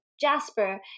jasper